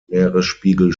meeresspiegel